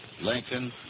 Lincoln